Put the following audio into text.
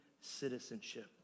citizenship